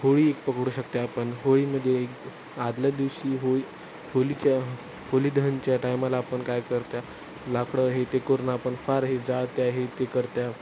होळी एक पकडू शकते आपण होळीमध्ये एक आदल्या दिवशी होळी होळीच्या होलीदहनच्या टायमाला आपण काय करतो आहे लाकडं हे ते करून आपण फार हे जाळतो आहे हे ते करतो आहे